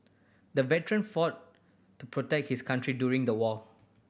the veteran fought to protect his country during the war